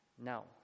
Now